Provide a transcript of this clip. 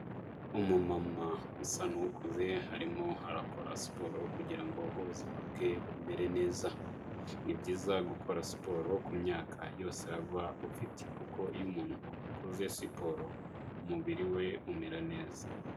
Umumama usa n'ukuze, arimo arakora siporo kugira ngo ubuzima bwe bumere neza. Ni byiza gukora siporo kumyaka yose waba afite, kuko iyo umuntu akoze siporo, umubiri we umera neza.